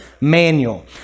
manual